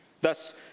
Thus